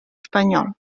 espanyol